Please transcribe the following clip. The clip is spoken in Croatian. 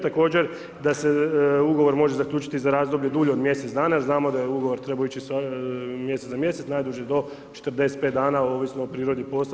Također, da se ugovor može zaključiti za razdoblje dulje od mjesec dana, jer znamo da je ugovor trebao ići iz mjeseca za mjesec, najduže do 45 dana, ovisno o prirodi posla.